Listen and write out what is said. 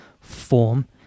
form